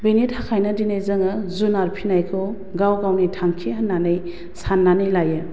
बेनि थाखायनो दिनै जोङो जुनार फिसिनायखौ गाव गावनि थांखि होन्नानै सान्नानै लायो